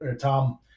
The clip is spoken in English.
Tom